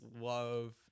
love